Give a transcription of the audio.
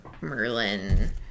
merlin